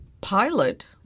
pilot